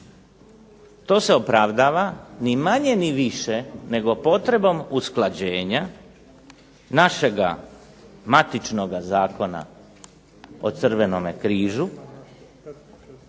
to se opravdava ni manje ni više nego potrebom usklađenja našega matičnoga Zakona o Crvenome križu,